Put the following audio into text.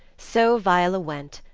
so viola went,